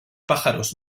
pájaros